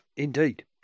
Indeed